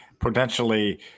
potentially